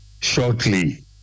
shortly